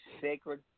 sacred